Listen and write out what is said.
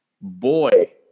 Boy